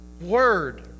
word